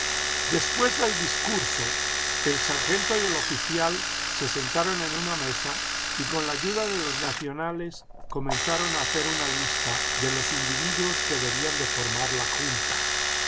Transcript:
después del discurso el sargento y el oficial se sentaron en una mesa y con la ayuda de los nacionales comenzaron a hacer una lista de los individuos que debían de formar la junta